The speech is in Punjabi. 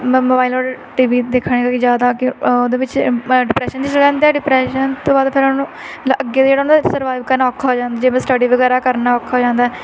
ਮੈਂ ਮੋਬਾਈਲ ਔਰ ਟੀਵੀ ਦੇਖਣ ਲਈ ਜ਼ਿਆਦਾ ਕਿ ਉਹਦੇ ਵਿੱਚ ਡਿਪਰੈਸ਼ਨ 'ਚ ਚਲੇ ਜਾਂਦੇ ਡਿਪਰੈਸ਼ਨ ਤੋਂ ਬਾਅਦ ਫਿਰ ਉਹਨੂੰ ਅੱਗੇ ਜਿਹੜਾ ਉਹਨਾਂ ਦਾ ਸਰਵਾਈਵ ਕਰਨਾ ਔਖਾ ਹੋ ਜਾਂਦਾ ਜਿਵੇਂ ਸਟੱਡੀ ਵਗੈਰਾ ਕਰਨਾ ਔਖਾ ਹੋ ਜਾਂਦਾ